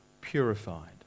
purified